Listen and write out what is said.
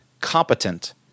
competent